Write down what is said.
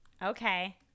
Okay